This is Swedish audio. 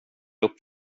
upp